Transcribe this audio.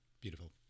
Beautiful